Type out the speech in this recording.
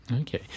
Okay